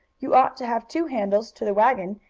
you ought to have two handles to the wagon,